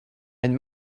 and